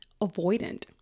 avoidant